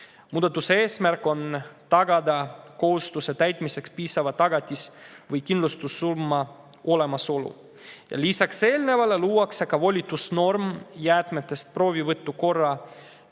Muudatuse eesmärk on tagada kohustuse täitmiseks piisava tagatis‑ või kindlustussumma olemasolu. Lisaks eelnevale luuakse volitusnorm jäätmetest proovi võtmise korra